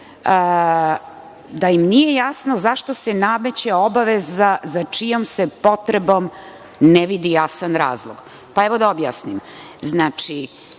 da im nije jasno zašto se nameće obaveza za čijom se potrebom ne vidi jasan razlog. Evo da objasnim. Istanbulska